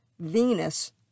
Venus